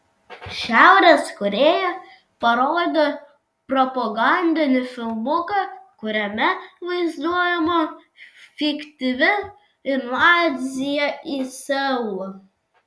šiaurės korėja parodė propagandinį filmuką kuriame vaizduojama fiktyvi invazija į seulą